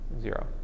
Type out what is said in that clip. Zero